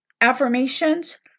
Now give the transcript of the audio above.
affirmations